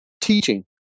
teaching